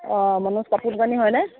অঁ মনোজ কাপোৰ দোকানী হয়নে